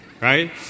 Right